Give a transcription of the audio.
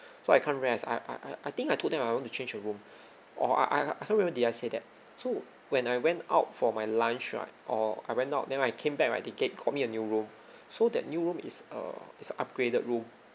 so I can't rest I I I I think I told them I want to change a room or I I I can't remember did I say that so when I went out for my lunch right or I went out then when I came back right they get got me a new room so that new room is err is a upgraded room